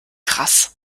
krass